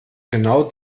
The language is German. genau